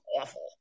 awful